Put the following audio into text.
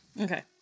Okay